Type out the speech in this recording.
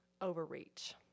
overreach